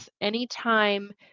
anytime